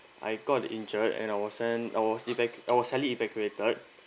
I got injured and I was sent I was eva~ I was sadly evacuated